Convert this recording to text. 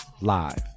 live